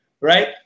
right